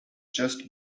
just